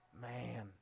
man